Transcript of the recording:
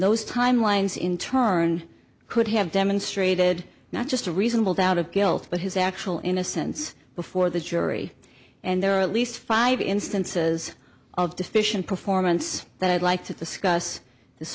those timelines in turn could have demonstrated not just a reasonable doubt of guilt but his actual innocence before the jury and there are at least five instances of deficient performance that i'd like to discuss this